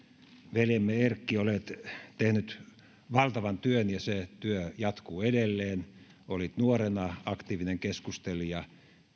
veljemme erkki olet tehnyt valtavan työn ja se työ jatkuu edelleen olit nuorena aktiivinen keskustelija